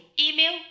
Email